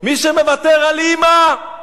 מי שמוותר על אמא,